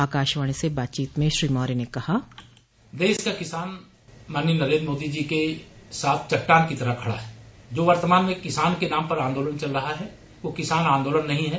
आकाशवाणी से बातचीत में श्री मौर्य ने कहा बाइट देश का किसान माननीय नरेन्द्र मोदी जी के साथ चटटान की तरह खड़ा है जो वर्तमान में किसान के नाम पर आन्दोलन चल रहा है वह किसान आन्दोलन नही है